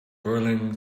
berlin